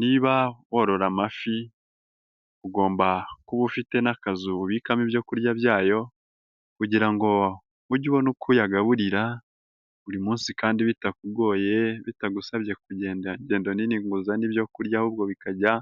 Niba worora amafi ugomba kuba ufite n'akazu ubikamo ibyo kurya byayo kugira ngo ujye ubona uko uyagaburira buri munsi kandi bitakugoye, bitagusabye kugenda igendo nini ngo ibyo kurya ahubwo bikajya